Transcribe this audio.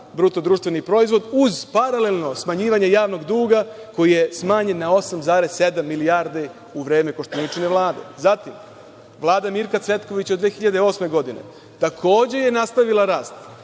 je tada rastao BDP uz paralelno smanjivanje javnog duga koji je smanjen na 8,7 milijardi u vreme Koštuničine Vlade. Zatim, Vlada Mirka Cvetkovića 2008. godine takođe je nastavila rast